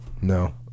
no